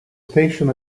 station